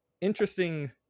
interesting